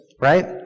right